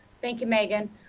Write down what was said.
thank you, megan.